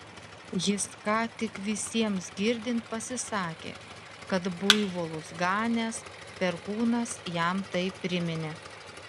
jis ką tik visiems girdint pasisakė kad buivolus ganęs perkūnas jam tai priminė